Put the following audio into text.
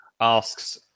asks